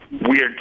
weird